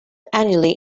annually